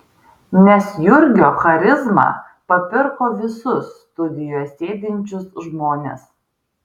nes jurgio charizma papirko visus studijoje sėdinčius žmones